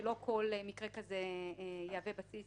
ושלא כל מקרה כזה יהווה בסיס